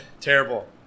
Terrible